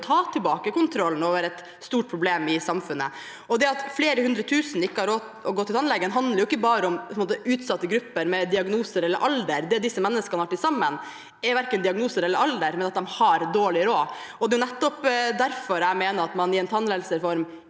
å ta tilbake kontrollen over et stort problem i samfunnet. Det at flere hundretusen ikke har råd til å gå til tannlegen, handler ikke bare om utsatte grupper med diagnoser eller alder. Det disse menneskene har til felles, er verken diagnoser eller alder, men at de har dårlig råd. Det er nettopp derfor jeg mener at man i en tannhelsereform